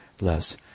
less